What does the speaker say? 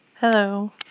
Hello